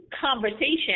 conversation